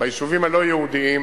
ביישובים הלא-יהודיים